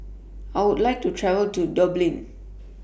I Would like to travel to Dublin